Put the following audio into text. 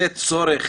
זה צורך